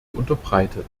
unterbreitet